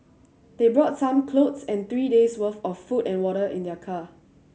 they brought some clothes and three days' worth of food and water in their car